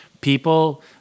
people